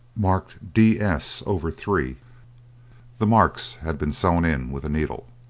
marked d. s. over three the marks had been sewn in with a needle.